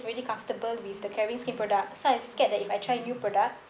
really comfortable with the caring skin product so I scared that if I try new product